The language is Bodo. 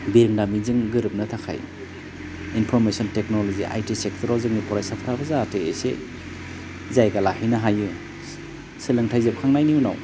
बिरोंदामिनजों गोरोबनो थाखाय इनफरमेसन टेकन'ल'जिया आई टि सेक्टर आव जोंनि फरायसाफ्राबो जाहाथे एसे जायगा लाहैनो हायो सोलोंथाइ जोबखांनायनि उनाव